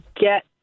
get